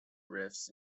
riffs